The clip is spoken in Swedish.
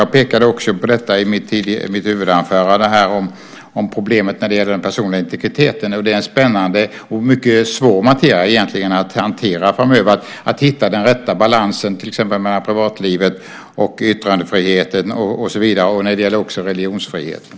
Jag pekade också på detta i mitt huvudanförande - problemet med den personliga integriteten. Det är en spännande och egentligen mycket svår materia att hantera framöver. Man måste hitta den rätta balansen till exempel mellan privatlivet och yttrandefriheten. Det gäller också religionsfriheten.